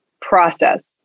process